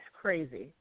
crazy